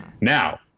Now